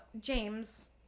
James